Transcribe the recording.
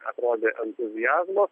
atrodė entuziazmo